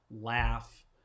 laugh